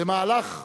במהלך כהונתך,